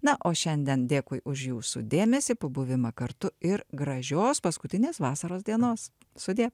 na o šiandien dėkui už jūsų dėmesį pabuvimą kartu ir gražios paskutinės vasaros dienos sudie